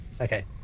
Okay